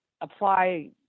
apply